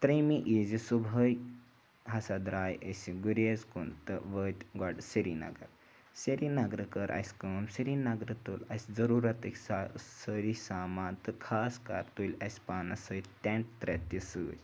ترٛیٚیِمہِ عیٖذِ صُبحٲے ہَسا درٛاے أسہِ گُریز کُن تہٕ وٲتۍ گۄڈٕ سرینگر سرینگرٕ کٔر اَسہِ کٲم سرینگرٕ تُل اَسہِ ضٔروٗرتٕکۍ سا سٲری سامان تہٕ خاص کَر تُلۍ اَسہِ پانَس سۭتۍ ٹٮ۪نٛٹ ترٛےٚ تہِ سۭتۍ